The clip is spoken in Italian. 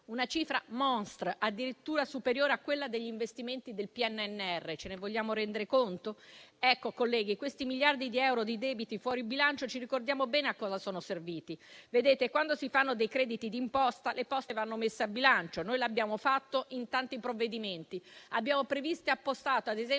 Una cifra *monstre*, addirittura superiore a quella degli investimenti del PNRR. Ce ne vogliamo rendere conto? Colleghi, questi miliardi di euro di debiti fuori bilancio ci ricordiamo bene a cosa sono serviti. Quando si fanno dei crediti d'imposta, le poste vanno messe a bilancio e noi lo abbiamo fatto in tanti provvedimenti. Abbiamo previsto ed appostato, ad esempio,